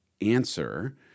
answer